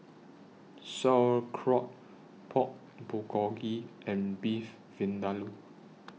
Sauerkraut Pork Bulgogi and Beef Vindaloo